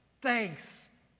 Thanks